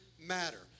matter